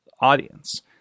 audience